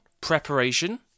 preparation